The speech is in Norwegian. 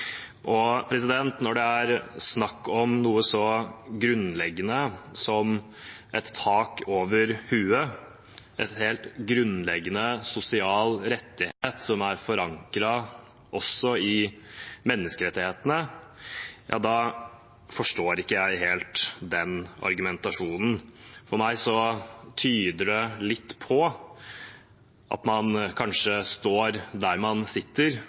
Når det er snakk om noe så grunnleggende som et tak over hodet – en helt grunnleggende sosial rettighet, som er forankret også i menneskerettighetene – forstår ikke jeg helt den argumentasjonen. For meg tyder det litt på at man sitter der